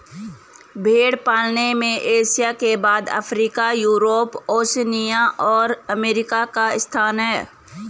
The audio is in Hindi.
भेंड़ पालन में एशिया के बाद अफ्रीका, यूरोप, ओशिनिया और अमेरिका का स्थान है